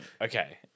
okay